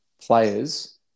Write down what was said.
players